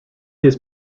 his